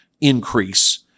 increase